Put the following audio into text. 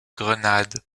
grenade